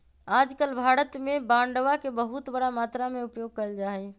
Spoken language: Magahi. आजकल भारत में बांडवा के बहुत बड़ा मात्रा में उपयोग कइल जाहई